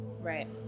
Right